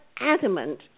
adamant